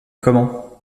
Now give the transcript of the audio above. comment